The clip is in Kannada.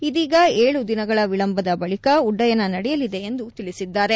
ಇದೀಗ ಏಳು ದಿನಗಳ ವಿಳಂಬದ ಬಳಿಕ ಉಡ್ಡಯನ ನಡೆಯಲಿದೆ ಎಂದು ತಿಳಿಸಿದ್ದಾರೆ